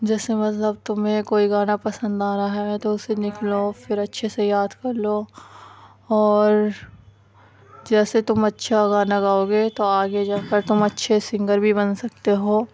جیسے مطلب تمہیں کوئی گانا پسند آ رہا ہے تو اسے نکلو پھر اچھے سے یاد کر لو اور جیسے تم اچھا گانا گاؤ گے تو آگے جا کر تم اچھے سنگر بھی بن سکتے ہو